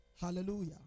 Hallelujah